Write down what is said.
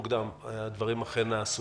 מוקדם יותר הדברים אכן נעשו.